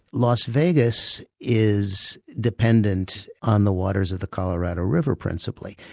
las vegas is dependent on the waters of the colorado river principally,